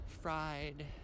fried